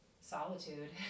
solitude